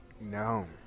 No